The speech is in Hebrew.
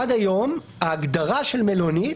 עד היום ההגדרה של מלונית